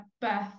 birth